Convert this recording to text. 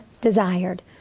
desired